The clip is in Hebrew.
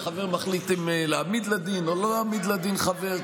וחבר מחליט אם להעמיד לדין או לא להעמיד לדין חבר.